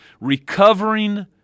Recovering